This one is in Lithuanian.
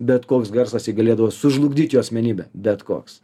bet koks garsas ji galėdavo sužlugdyt jo asmenybę bet koks